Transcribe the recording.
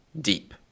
deep